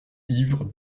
ivre